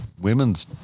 women's